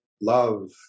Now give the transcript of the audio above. Love